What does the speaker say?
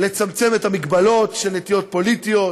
לצמצם את ההגבלות של נטיות פוליטיות